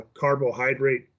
carbohydrate